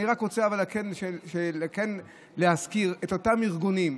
אני רק רוצה להזכיר את אותם ארגונים,